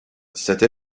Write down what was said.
cette